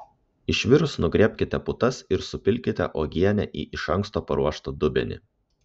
išvirus nugriebkite putas ir supilkite uogienę į iš anksto paruoštą dubenį